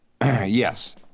Yes